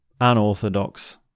unorthodox